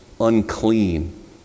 unclean